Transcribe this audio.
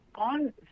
On